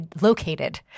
located